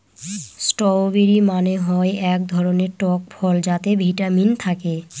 strawberry মানে হয় এক ধরনের টক ফল যাতে ভিটামিন থাকে